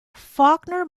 faulkner